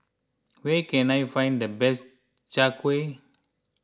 where can I find the best Chai Kuih